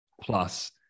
plus